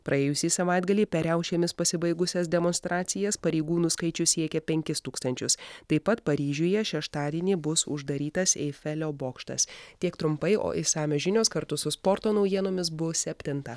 praėjusį savaitgalį per riaušėmis pasibaigusias demonstracijas pareigūnų skaičius siekia penkis tūkstančius taip pat paryžiuje šeštadienį bus uždarytas eifelio bokštas tiek trumpai o išsamios žinios kartu su sporto naujienomis bus septintą